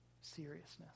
seriousness